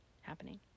happening